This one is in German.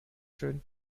schön